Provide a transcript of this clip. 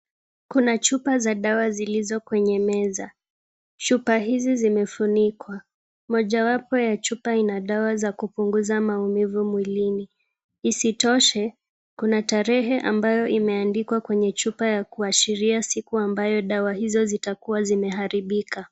Kuna chupa za dawa zilizo kwenye meza. Chupa hizi zimefunikwa. Mojawapo ya chupa ina dawa za kupunguza maumivu mwilini. Isitoshe, kuna tarehe ambayo imeandikwa kwenye chupa ya kuashiria siku ambayo dawa hizo zitakuwa zimeharibika.